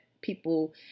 people